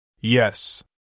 Yes